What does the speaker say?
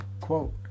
Quote